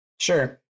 Sure